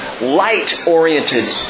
light-oriented